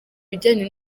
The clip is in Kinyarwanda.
bijyanye